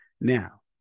Now